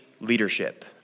leadership